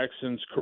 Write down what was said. Jackson's